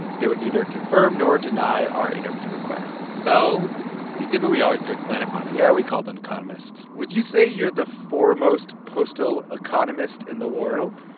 they would neither confirm nor deny our interview requests so we did what we always do at planet money yeah. we called an economist. would you say you're the foremost postal economist in the world?